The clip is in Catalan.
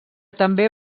també